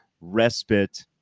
respite